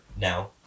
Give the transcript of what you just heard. now